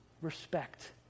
respect